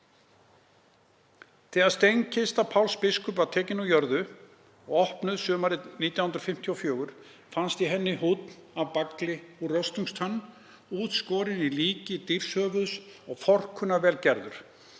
Þegar steinkista Páls biskups var tekin úr jörðu og opnuð sumarið 1954 fannst í henni húnn af bagli úr rostungstönn, útskorinn í líki dýrshöfuðs og forkunnarvel gerður.